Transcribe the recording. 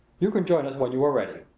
you can join us when you are ready.